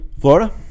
Florida